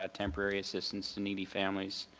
ah temporary assistance to needy families.